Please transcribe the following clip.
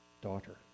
daughter